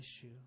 issue